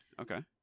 Okay